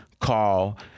call